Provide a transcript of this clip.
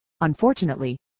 unfortunately